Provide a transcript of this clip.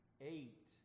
eight